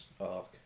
arc